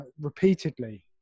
repeatedly